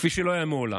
כפי שלא היו מעולם.